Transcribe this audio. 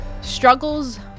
struggles